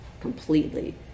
completely